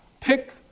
Pick